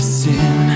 sin